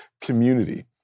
community